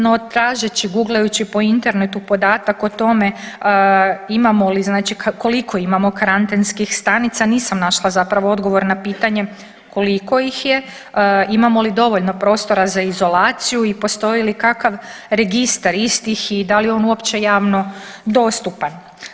No tražeći guglajući po internetu podatak o tome imamo li znači koliko imamo karantenskih stanica nisam našla zapravo odgovor na pitanje, koliko ih je, imamo li dovoljno prostora za izolaciju i postoji li kakav registar istih i da li je on uopće javno dostupan.